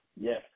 yes